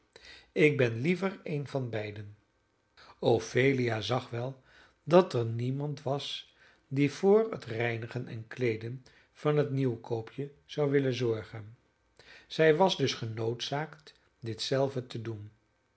ik ben liever een van beiden ophelia zag wel dat er niemand was die voor het reinigen en kleeden van het nieuwkoopje zou willen zorgen zij was dus genoodzaakt dit zelve te doen